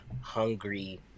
hungry